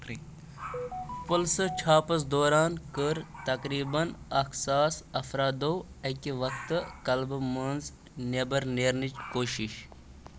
پُلسہٕ چھاپَس دوران کٔر تقریبن اکھ ساس افرادَو اکہِ وقتہٕ کلبہٕ منٛز نٮ۪بر نیرنٕچ کوٗشش